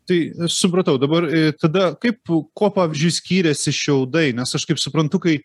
tai supratau dabar tada kaip kuo pavyzdžiui skyrėsi šiaudai nes aš kaip suprantu kai